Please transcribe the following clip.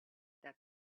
that